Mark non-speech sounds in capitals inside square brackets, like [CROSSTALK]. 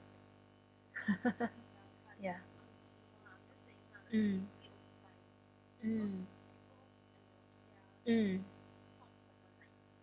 [LAUGHS] ya mm mm mm